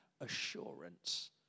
assurance